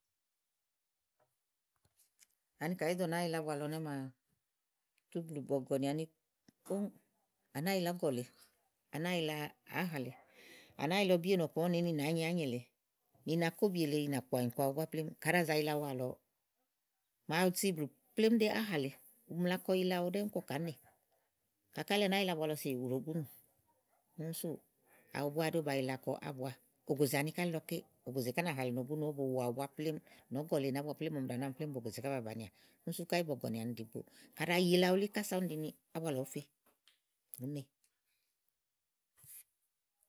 Ani kayi ìí do nàáa yila ábua lɔ ɛnɛ́ maa à tu blù bɔ̀gɔ̀nì àni kóŋ, à nàáa yila ɔ̀gɔ lèe, à nàáa yila áhà lèe, à nàáa yila ɔbí ènù ɔku ma ú nèé nyi ányi èle, i nakóbi nì ìnàkpɔ̀ ànyìku aɖu búá plémú kaɖi à za yila awu àlɔ màa si blù plémú ɖi áhà lèe, ùmla kɔ yila awu ɖɛ́ɛ́ kɔ kàá nè kayi káyì elíì à nàáa yila ábua lɔ seyì, ù ɖo gúnù úni súù awu búá ɛɖi ba yila kɔ ábua ògòzè àni ká elílɔké ògòzè àni ká nàha lèe no gúnù ówó bo wu awu búá plémú nɔ̀ɔ́gɔ̀ lèe màa ɔmi ɖàa nɔ ámi bògòzè ká ba bànià úni sú káyì bɔ̀gɔ̀nì àni ɖìi gboò kàɖi à yila wulé kása úni ɖi ni ábua lɔ ɔ̀ɔ́ fe ùú ne.